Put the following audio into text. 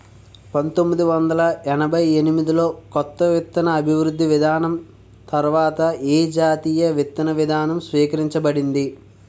పంతోమ్మిది వందల ఎనభై ఎనిమిది లో కొత్త విత్తన అభివృద్ధి విధానం తర్వాత ఏ జాతీయ విత్తన విధానం స్వీకరించబడింది?